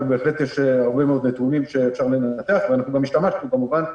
ובהחלט יש הרבה מאוד נתונים שאפשר לנתח ואנחנו גם השתמשנו כמובן.